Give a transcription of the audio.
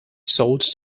sold